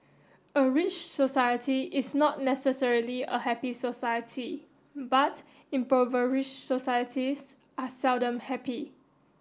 a rich society is not necessarily a happy society but impoverish societies are seldom happy